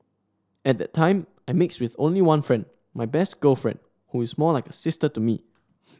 at that time I mixed with only one friend my best girlfriend who is more like a sister to me